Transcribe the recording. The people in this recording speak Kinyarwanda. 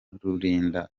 rulinda